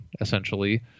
essentially